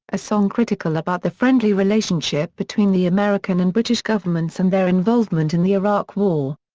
a song critical about the friendly relationship between the american and british governments and their involvement in the iraq war.